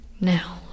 now